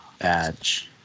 badge